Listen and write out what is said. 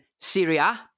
Syria